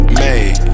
made